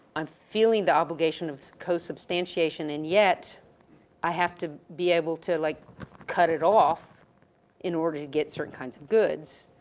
i'm feeling the obligation of co-substantiation and yet i have to be able to like cut it off in order to get certain kinds of goods.